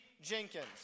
Jenkins